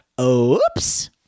Oops